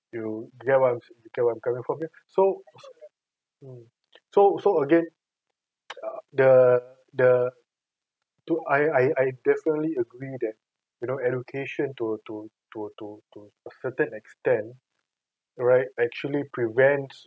you get what I'm saying where I'm coming from here so so so again the the two I I definitely agree you that you know education to to to to to a certain extent right actually prevent